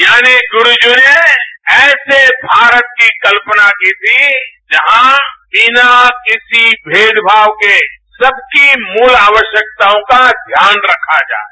यानि गुरूजी ने ऐसे भारत की कल्पना की थी जहां बिना किसी मेदभाव के सबकी मूल आवश्यकताओं का ध्यान रखा जाये